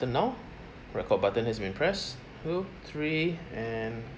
now record button has been pressed two three and